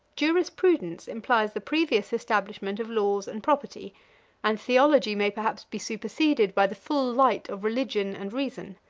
jurisprudence implies the previous establishment of laws and property and theology may perhaps be superseded by the full light of religion and reason.